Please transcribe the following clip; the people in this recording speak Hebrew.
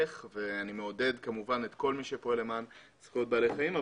ואני מעודד כמובן את כל מי שפועל למען זכויות בעלי חיים,